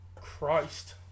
Christ